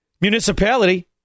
municipality